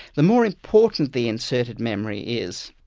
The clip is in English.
the more important the inserted memory is,